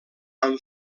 amb